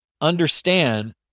understand